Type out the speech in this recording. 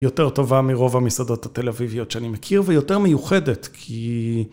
יותר טובה מרוב המסעדות התל אביביות שאני מכיר ויותר מיוחדת כי